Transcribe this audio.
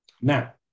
Now